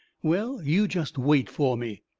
well, you just wait for me.